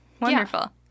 Wonderful